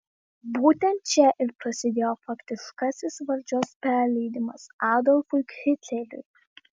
būtent čia ir prasidėjo faktiškasis valdžios perleidimas adolfui hitleriui